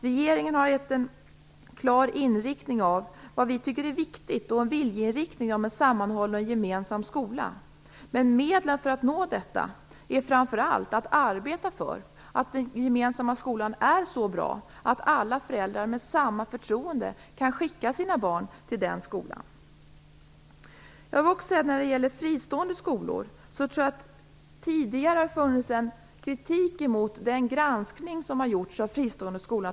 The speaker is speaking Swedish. Regeringen har givit klara besked om vad vi tycker är viktigt och redovisat en viljeinriktning - en sammanhållen och gemensam skola. Medlen för att nå detta är framför allt att arbeta för att den gemensamma skolan blir så bra att alla föräldrar med samma förtroende kan skicka sina barn till den skolan. Tidigare har det funnits en kritik mot den granskning som har gjorts av fristående skolor.